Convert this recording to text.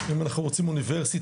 אם אנחנו רוצים אוניברסיטה